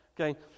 Okay